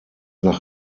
nach